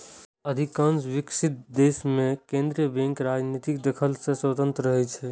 अधिकांश विकसित देश मे केंद्रीय बैंक राजनीतिक दखल सं स्वतंत्र रहै छै